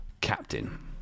captain